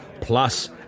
plus